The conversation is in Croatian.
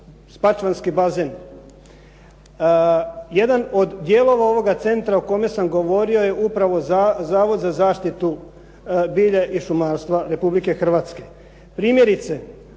Spačvanski bazen. Jedan od dijelova ovoga centra o kome sam govorio je upravo Zavod za zaštitu bilja i šumarstva Republike Hrvatske. Primjerice,